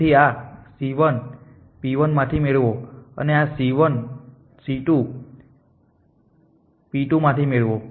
તેથી આ c 1 p 1 માંથી મેળવો અને આ c 2 p 2 માંથી મેળવો